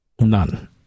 none